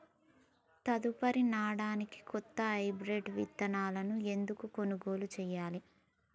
తదుపరి నాడనికి కొత్త హైబ్రిడ్ విత్తనాలను ఎందుకు కొనుగోలు చెయ్యాలి?